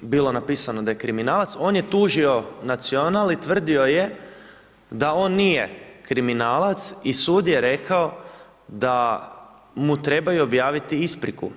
bilo napisano da je kriminalac, on je tužio Nacional i tvrdio je da on nije kriminalac i sud je rekao da mu trebaju objaviti ispriku.